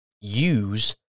use